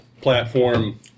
platform